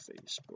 Facebook